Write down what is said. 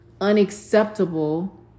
unacceptable